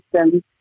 system